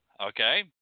okay